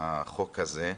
החוק הזה.